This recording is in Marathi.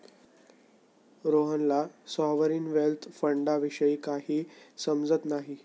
रोहनला सॉव्हरेन वेल्थ फंडाविषयी काहीच समजत नाही